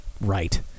right